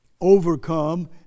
overcome